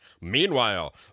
Meanwhile